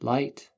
Light